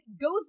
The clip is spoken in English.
goes